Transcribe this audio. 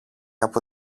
από